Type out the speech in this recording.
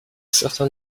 certain